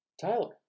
Tyler